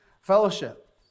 fellowship